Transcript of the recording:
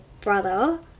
brother